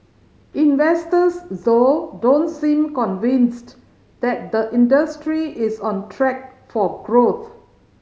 investors though don't seem convinced that the industry is on track for growth